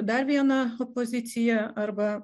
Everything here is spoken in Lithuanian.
dar viena pozicija arba